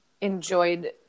enjoyed